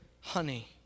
honey